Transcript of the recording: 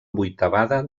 vuitavada